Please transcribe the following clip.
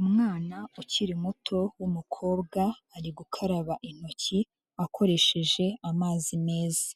Umwana ukiri muto w'umukobwa ari gukaraba intoki akoresheje amazi meza,